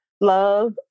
Love